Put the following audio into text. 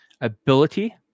Ability